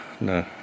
no